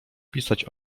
pisać